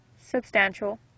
substantial